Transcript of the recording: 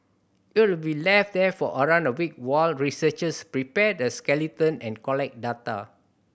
it will be left there for around a week while researchers prepare the skeleton and collect data